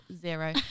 zero